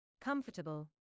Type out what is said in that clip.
Comfortable